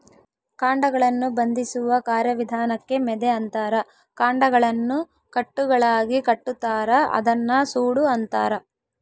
ಕಾಂಡಗಳನ್ನು ಬಂಧಿಸುವ ಕಾರ್ಯವಿಧಾನಕ್ಕೆ ಮೆದೆ ಅಂತಾರ ಕಾಂಡಗಳನ್ನು ಕಟ್ಟುಗಳಾಗಿಕಟ್ಟುತಾರ ಅದನ್ನ ಸೂಡು ಅಂತಾರ